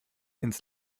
ins